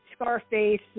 Scarface